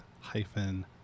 hyphen